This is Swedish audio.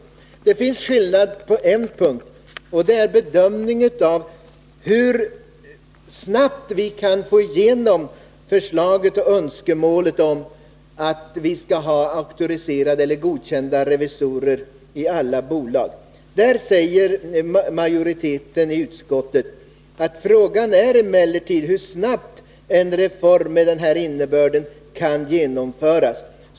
På en punkt finns det emellertid en skillnad, nämligen beträffande bedömningen av hur snart vi kan förverkliga förslaget om auktoriserade eller godkända revisorer i alla bolag. Härvidlag säger majoriteten i utskottet att frågan emellertid är hur snart en reform med denna innebörd kan genomföras.